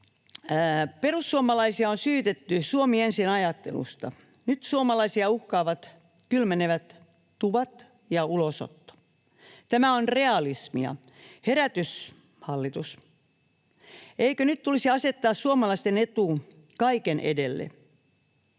Perussuomalaisia on syytetty Suomi ensin -ajattelusta. Nyt suomalaisia uhkaavat kylmenevät tuvat ja ulosotto. Tämä on realismia. Herätys, hallitus! Eikö nyt tulisi asettaa suomalaisten etu kaiken edelle?